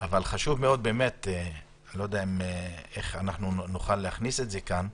לא יודע איך נוכל להכניס את זה לכאן,